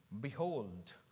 behold